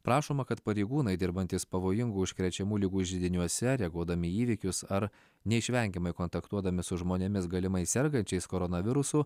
prašoma kad pareigūnai dirbantys pavojingų užkrečiamų ligų židiniuose reaguodami į įvykius ar neišvengiamai kontaktuodami su žmonėmis galimai sergančiais koronavirusu